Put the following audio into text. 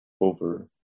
over